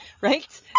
right